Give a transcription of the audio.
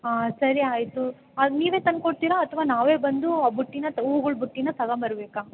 ಹಾಂ ಸರಿ ಆಯಿತು ಅದು ನೀವೇ ತಂದುಕೊಡ್ತೀರಾ ಅಥವಾ ನಾವೇ ಬಂದು ಆ ಬುಟ್ಟಿನ ತ ಹೂಗಳ ಬುಟ್ಟಿನ ತಗೊಂಬರ್ಬೇಕಾ